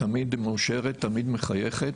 תמיד מאושרת, תמיד מחייכת.